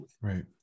right